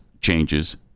changes